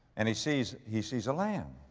and he sees, he sees a lamb.